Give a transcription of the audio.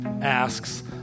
asks